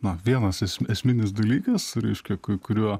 na vienas esminis dalykas reiškia kuriuo